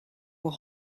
will